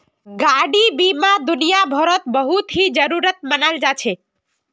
गाडी बीमा दुनियाभरत बहुत ही जरूरी मनाल जा छे